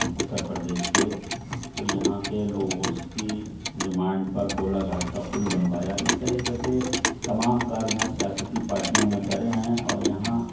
اتّر پردیش کے تو یہاں کے لوگوں کی ڈیمانڈ پر گولہ گھاٹ کا پل بنوایا اس طریقے کے تمام کاریہ یہاں سیاسی پارٹیوں نے کرے ہیں اور یہاں